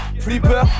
flipper